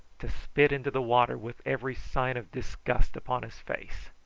to spit into the water with every sign of disgust upon his face.